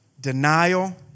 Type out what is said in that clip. Denial